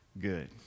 good